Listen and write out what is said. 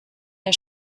der